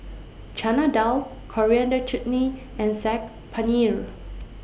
Chana Dal Coriander Chutney and Saag Paneer